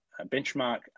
benchmark